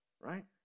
Right